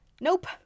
Nope